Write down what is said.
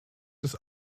des